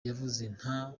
nta